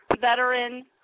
veteran